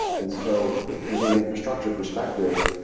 and so from a data infrastructure perspective,